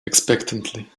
expectantly